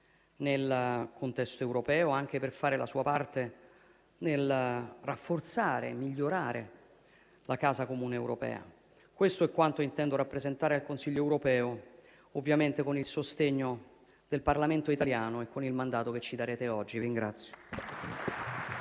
nel contesto europeo, anche per fare la sua parte nel rafforzare e migliorare la casa comune europea. Questo è quanto intendo rappresentare al Consiglio europeo, ovviamente col sostegno del Parlamento italiano e con il mandato che ci darete oggi.